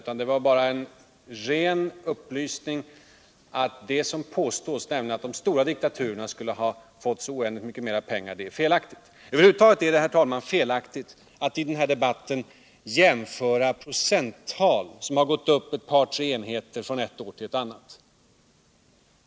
Jag ville bara ge en ren upplysning om att det som påstås. nämligen att de stora diktaturerna skulle ha fått så mycket mer pengar, är felaktigt. Över huvud taget är det felaktigt, herr talman, att i denna debatt jämföra procenttal som har gått upp ett par tre enheter från ett år till ett annat.